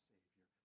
Savior